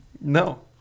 No